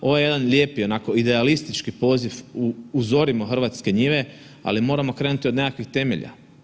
Ovo je jedan lijepi, onako idealistički poziv, uzorimo hrvatske njive, ali moramo krenuti od nekakvih temelja.